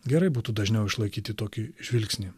gerai būtų dažniau išlaikyti tokį žvilgsnį